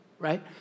right